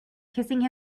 kissing